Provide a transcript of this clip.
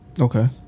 Okay